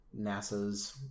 NASA's